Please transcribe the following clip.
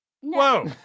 Whoa